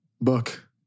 book